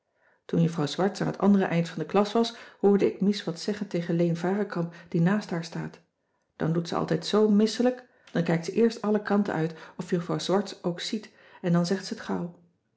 toen juffrouw swarts aan het andere eind van de klas was hoorde ik mies wat zeggen tegen leen varekamp die naast haar staat dan doet ze altijd zoo misselijk dan kijkt ze eerst alle kanten uit of juffrouw swarts ook ziet en dan zegt ze t gauw